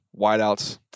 wideouts